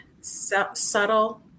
subtle